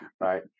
right